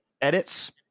edits